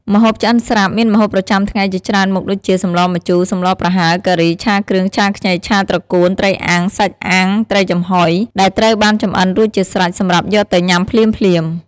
ម្ហូបឆ្អិនស្រាប់ មានម្ហូបប្រចាំថ្ងៃជាច្រើនមុខ ដូចជា សម្លម្ជូរ សម្លរប្រហើរ ការី ឆាគ្រឿង ឆាខ្ញី ឆាត្រកួន ត្រីអាំង សាច់អាំង ត្រីចំហុយ ដែលត្រូវបានចម្អិនរួចជាស្រេចសម្រាប់យកទៅញ៉ាំភ្លាមៗ។